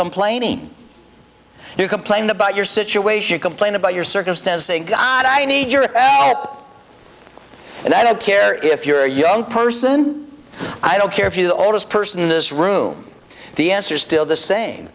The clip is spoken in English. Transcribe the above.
complaining you complained about your situation complain about your circumstance saying god i need your app and i don't care if you're a young person i don't care if you're the oldest person in this room the answer is still the same